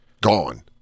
Gone